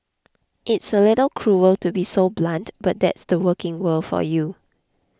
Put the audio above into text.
it's a little cruel to be so blunt but that's the working world for you